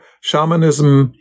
shamanism